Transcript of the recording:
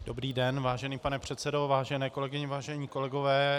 Dobrý den, vážený pane předsedo, vážené kolegyně, vážení kolegové.